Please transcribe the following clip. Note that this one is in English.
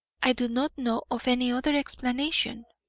i do not know of any other explanation.